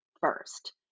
first